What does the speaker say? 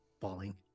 falling